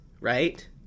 right